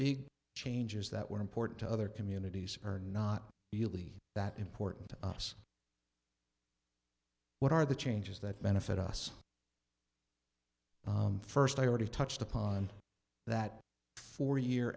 big changes that were important to other communities are not really that important to us what are the changes that benefit us first i already touched upon that four year